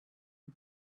who